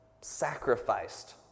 sacrificed